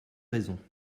raison